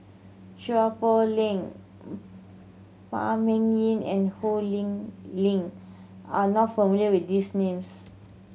Chua Poh Leng Phan Ming Yen and Ho Lee Ling are not familiar with these names